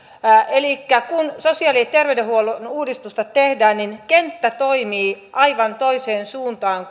elikkä kun sosiaali ja terveydenhuollon uudistusta tehdään niin kenttä toimii aivan toiseen suuntaan